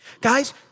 Guys